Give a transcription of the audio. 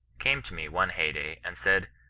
came to me one hay-day, and said,